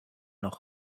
noch